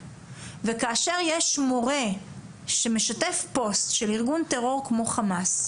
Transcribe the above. וכאשר יש מורה שמשתף פוסט של ארגון טרור כמו חמאס,